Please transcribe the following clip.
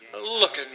looking